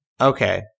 Okay